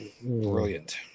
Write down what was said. Brilliant